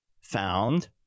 found